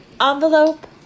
Envelope